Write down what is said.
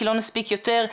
כי לא נספיק יותר,